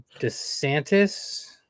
DeSantis